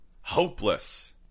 Hopeless